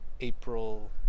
April